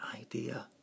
idea